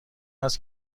است